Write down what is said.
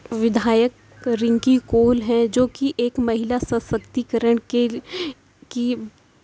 ودھایک رنکی کول ہیں جو کہ ایک مہیلا سسکتی کرن کے کی